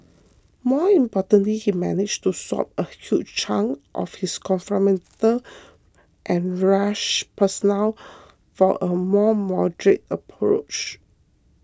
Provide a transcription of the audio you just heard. more importantly he managed to swap a huge chunk of his confrontational and rash persona for a more moderate approach